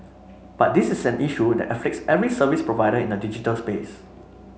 but this is an issue that afflicts every service provider in the digital space